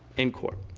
in court.